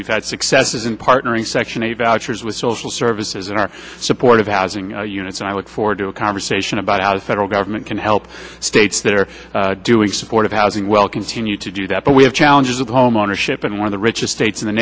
we've had successes in partnering section eight vouchers with social services in our support of housing units and i would forward to a conversation about how federal government can help states that are doing supportive housing well continue to do that but we have challenges of homeownership in one of the richest states in the